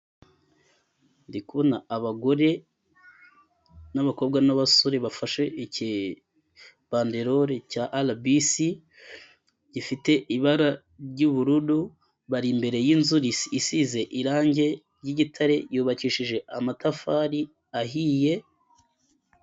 Ndikubona abagore n'abakobwa n'abasore bafashe ikibanderole cya RBC gifite ibara ry'ubururu bari imbere y'inzu isize irangi ry; igitare yubakishije amatafari ahiye...